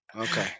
Okay